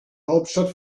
hauptstadt